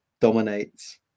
dominates